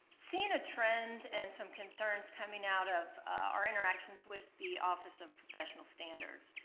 seeing a trend and some concerns coming out of our interactions with the office of professional standards.